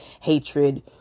hatred